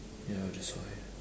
ya that's why